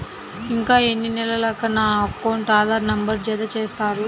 ఇంకా ఎన్ని నెలలక నా అకౌంట్కు ఆధార్ నంబర్ను జత చేస్తారు?